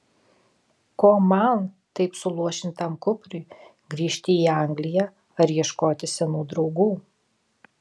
ko man taip suluošintam kupriui grįžti į angliją ar ieškoti senų draugų